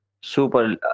Super